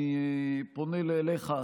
אני פונה אליך,